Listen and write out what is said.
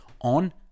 on